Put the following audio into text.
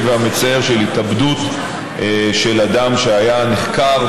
והמצער של התאבדות של אדם שהיה נחקר,